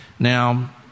Now